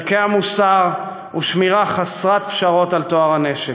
ערכי המוסר ושמירה חסרת פשרות על טוהר הנשק.